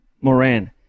Moran